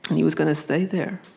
he was gonna stay there.